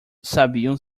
sabiam